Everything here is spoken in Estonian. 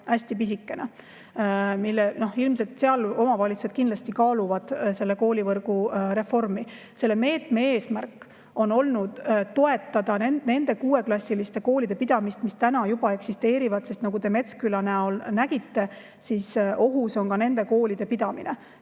hästi pisikene. Ilmselt seal omavalitsused kaaluvad koolivõrgu reformi. Selle meetme eesmärk on olnud toetada nende kuueklassiliste koolide pidamist, mis juba eksisteerivad. Nagu te Metsküla näol nägite, ohus on ka nende koolide pidamine.